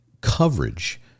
coverage